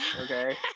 Okay